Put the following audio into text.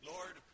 Lord